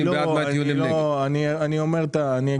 מה